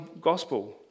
Gospel